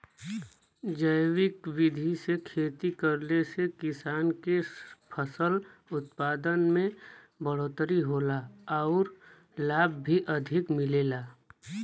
जैविक विधि से खेती करले से किसान के फसल उत्पादन में बढ़ोतरी होला आउर लाभ भी अधिक मिलेला